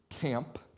camp